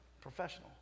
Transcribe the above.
Professional